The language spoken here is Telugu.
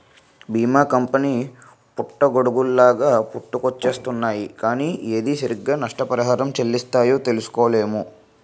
బీమా కంపెనీ పుట్టగొడుగుల్లాగా పుట్టుకొచ్చేస్తున్నాయ్ కానీ ఏది సరిగ్గా నష్టపరిహారం చెల్లిస్తాయో తెలుసుకోలేము